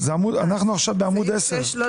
אנחנו עכשיו בעמוד 10. לא,